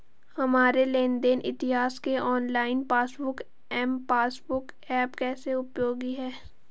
हमारे लेन देन इतिहास के online passbook M passbook app कैसे उपयोगी है?